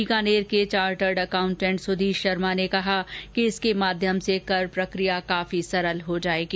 बीकानेर के chartered accountant Sudhish Sharma ने कहा कि इसके माध्यम से कर प्रक्रिया काफी सरल हो जायेगी